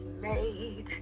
made